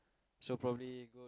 so probably go